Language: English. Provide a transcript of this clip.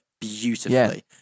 beautifully